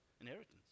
inheritance